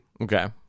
Okay